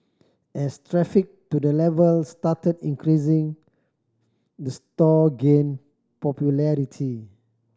as traffic to the level started increasing the store gained popularity